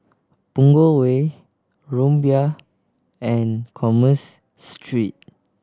Punggol Way Rumbia and Commerce Street